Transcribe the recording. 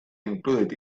included